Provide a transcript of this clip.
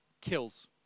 kills